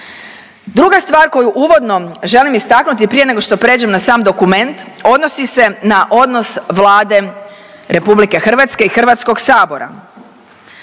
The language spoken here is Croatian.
Druga stvar koju uvodno želim istaknuti prije nego što pređem na sam dokument odnosni se na odnos Vlade RH i Hrvatskog sabora.